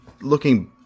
looking